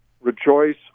Rejoice